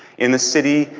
in the city,